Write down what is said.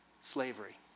slavery